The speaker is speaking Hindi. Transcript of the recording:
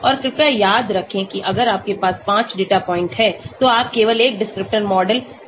और कृपया याद रखें कि अगर आपके पास 5 डेटा पॉइंट हैं तो आप केवल एक डिस्क्रिप्टर मॉडल होने के बारे में सोच सकते हैं